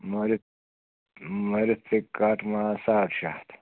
مٲرِتھ مٲرِتھ پیٚیہِ کٹھٕ ماز ساڑ شےٚ ہتھ